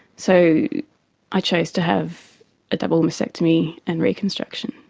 so i chose to have a double mastectomy and reconstruction.